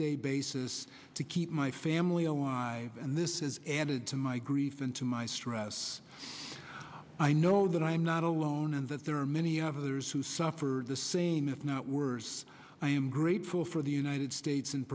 day basis to keep my family alive and this is added to my grief and to my stress i know that i am not alone and that there are many others who suffered the same if not worse i am grateful for the united states